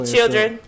Children